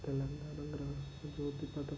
తెలంగాణ గ్రా జ్యోతి పథకం